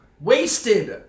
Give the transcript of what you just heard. Wasted